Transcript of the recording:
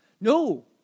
No